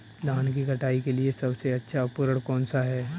धान की कटाई के लिए सबसे अच्छा उपकरण कौन सा है?